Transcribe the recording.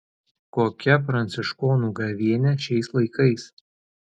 kokia pranciškonų gavėnia šiais laikais